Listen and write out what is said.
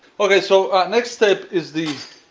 okay so next step is the